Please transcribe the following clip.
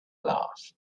loved